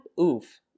oof